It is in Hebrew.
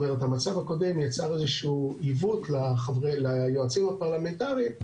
המצב הקודם יצר איזשהו עיוות ליועצים הפרלמנטריים,